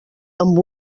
amb